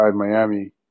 Miami